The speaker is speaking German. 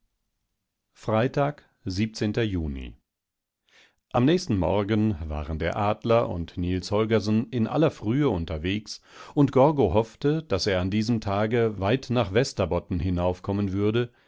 freitag juni am nächsten morgen waren der adler und niels holgersen in aller frühe unterwegs und gorgo hoffte daß er an diesem tage weit nach västerbotten hinaufkommen würde